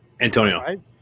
Antonio